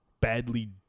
badly